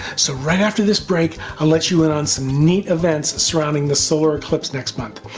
so right after this break, i'll let you in on some neat events surrounding the solar eclipse next month.